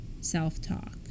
self-talk